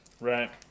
right